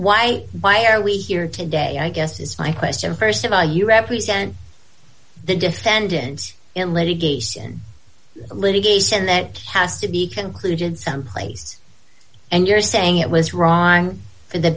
why why are we here today i guess is my question st of all you represent the defendants in litigation litigation that has to be concluded someplace and you're saying it was wrong for the